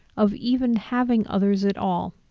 of even having others at all.